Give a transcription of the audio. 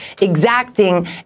exacting